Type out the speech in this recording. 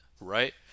right